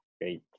Great